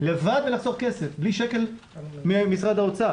בלי שקל ממשרד האוצר.